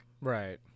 right